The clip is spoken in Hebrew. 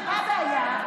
מה הבעיה?